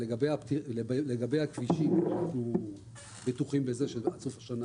לגבי הכבישים אנחנו בטוחים שעד סוף השנה